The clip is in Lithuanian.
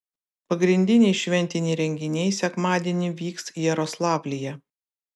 pagrindiniai šventiniai renginiai sekmadienį vyks jaroslavlyje